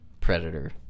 Predator